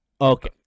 Okay